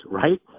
right